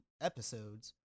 episodes